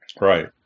Right